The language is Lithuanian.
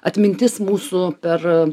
atmintis mūsų per